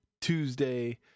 Tuesday